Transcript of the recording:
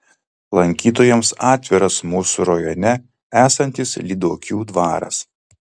lankytojams atviras mūsų rajone esantis lyduokių dvaras